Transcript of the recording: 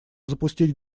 запустить